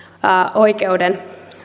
oikeuden